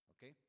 Okay